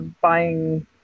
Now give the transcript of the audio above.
buying